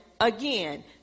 again